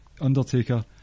Undertaker